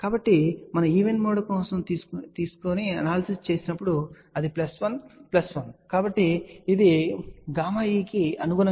కాబట్టి మనము even mode కోసం అనాలసిస్ చేసినప్పుడు అది ప్లస్ 1 ప్లస్ 1 కాబట్టి ఇది e కి అనుగుణంగా ఉంటుంది